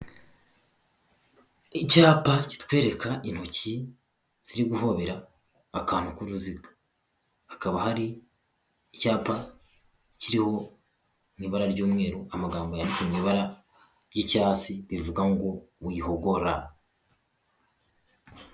Icyapa kitwereka intoki ziri guhobera akantu k'uruziga, hakaba hari icyapa kiriho mu ibara ry'umweru amagambo yanditse mu ibara y'icyatsi rivuga ngo wihogora.